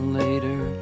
later